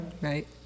Right